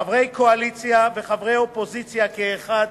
חברי קואליציה וחברי אופוזיציה כאחד,